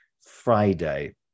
Friday